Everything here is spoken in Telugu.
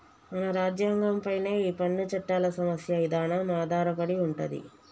మన రాజ్యంగం పైనే ఈ పన్ను చట్టాల సమస్య ఇదానం ఆధారపడి ఉంటది